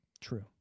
true